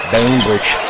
Bainbridge